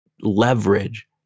leverage